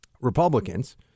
Republicans